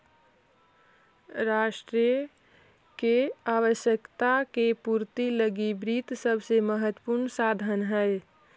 राष्ट्र के आवश्यकता के पूर्ति लगी वित्त सबसे महत्वपूर्ण साधन हइ